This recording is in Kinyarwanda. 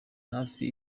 hafi